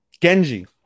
Genji